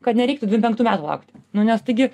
kad nereiktų dvim penktų metų laukti nu nes taigi